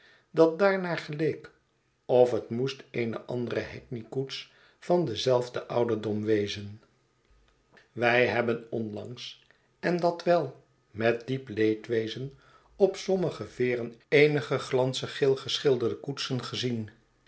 dat daarnaar geleek of het moest eene andere hackney koets van denzelfden ouderdom wezen i wij hebben onlangs en dat wel met diep leed wezen op sommige veren eenige glanzig geel geschilderde koetsen gezien